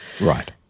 Right